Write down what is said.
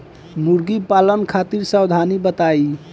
मुर्गी पालन खातिर सावधानी बताई?